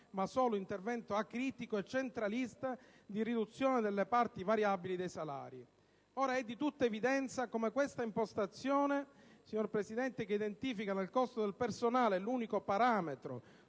ma solo un intervento acritico e centralista di riduzione delle parti variabili dei salari. Ora, è di tutta evidenza come questa impostazione, signor Presidente, che identifica nel costo del personale l'unico parametro